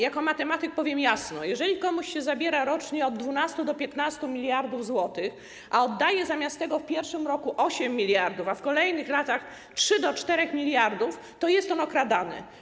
Jako matematyk powiem jasno: jeżeli komuś się zabiera rocznie od 12 do 15 mld zł, a oddaje zamiast tego w pierwszym roku 8 mld zł, a w kolejnych latach - od 3 do 4 mld zł, to jest on okradany.